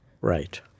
Right